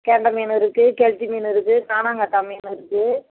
கெண்டை மீன் இருக்குது கெளுத்தி மீன் இருக்குது கானாங்கத்தா மீன் இருக்குது